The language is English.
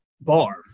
bar